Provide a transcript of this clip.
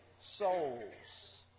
souls